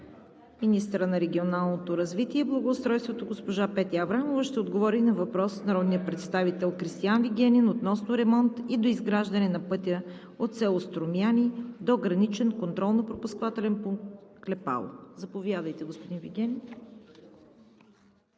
Министърът на регионалното развитие и благоустройството госпожа Петя Аврамова ще отговори на въпрос от народния представител Кристиан Вигенин относно ремонт и доизграждане на пътя от село Струмяни до Граничен контролно-пропускателен пункт „Клепало“. Заповядайте, господин Вигенин.